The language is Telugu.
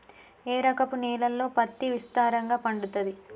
ఏ రకపు నేలల్లో పత్తి విస్తారంగా పండుతది?